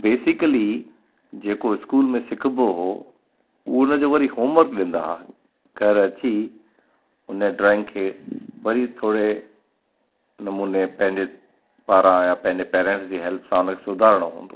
basically जेको school में सिखिबो हो उन जो वरी हॉमवर्क ॾींदा हा घरु अची उन ड्रॉईंग खे वरी थोरे नमूने पंहिंजे पारां यां पंहिंजे पेरेंट्स जी हेल्प सां उन खे सुधारिणो हूंदो हुओ